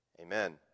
Amen